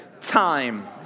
time